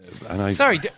Sorry